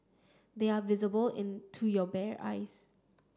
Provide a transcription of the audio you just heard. they are visible in to your bare eyes